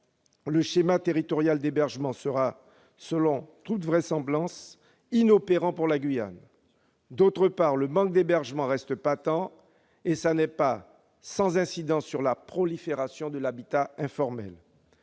le schéma territorial d'hébergement sera, selon toute vraisemblance, inopérant pour la Guyane. D'autre part, le manque d'hébergement reste patent et n'est pas sans incidence sur la prolifération de l'habitat informel.